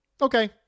okay